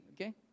okay